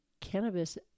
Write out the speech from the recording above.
cannabis